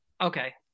okay